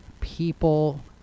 people